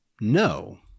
No